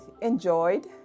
enjoyed